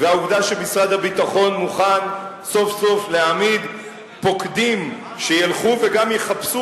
והעובדה שמשרד הביטחון מוכן סוף-סוף להעמיד פוקדים שילכו וגם יחפשו,